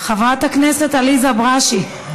חברת הכנסת עליזה בראשי.